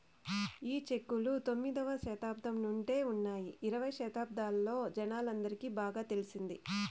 ఈ చెక్కులు తొమ్మిదవ శతాబ్దం నుండే ఉన్నాయి ఇరవై శతాబ్దంలో జనాలందరికి బాగా తెలిసింది